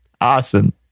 Awesome